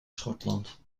schotland